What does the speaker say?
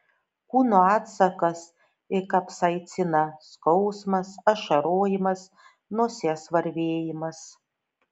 kūno atsakas į kapsaiciną skausmas ašarojimas nosies varvėjimas